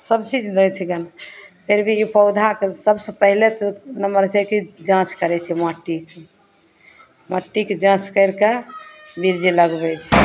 सभचीज दै छिकै फिर भी पौधाकऽ सभसँ पहिले तऽ नमहर छै जाँच करैत छै माटि कऽ मट्टीके जाँच करिकऽ बीज लगबैत छै